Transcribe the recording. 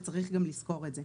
וצריך גם לזכור את זה.